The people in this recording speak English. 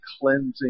cleansing